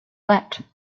that